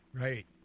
right